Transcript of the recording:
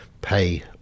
pay